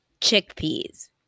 chickpeas